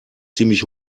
ziemlich